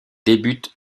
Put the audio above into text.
début